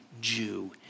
Jew